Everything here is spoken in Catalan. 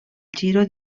giro